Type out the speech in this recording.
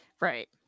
Right